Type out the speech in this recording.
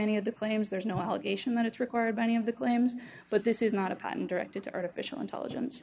of the claims there's no allegation that it's required by any of the claims but this is not a patent directed to artificial intelligence